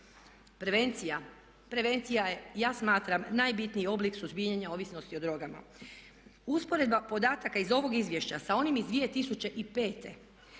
ga čine. Prevencija je ja smatram najbitniji oblik suzbijanja ovisnosti o drogama. Usporedba podataka iz ovog izvješća sa onim iz 2005.